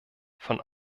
von